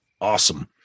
Awesome